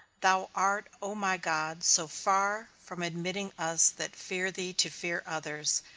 thou art, o my god, so far from admitting us that fear thee to fear others,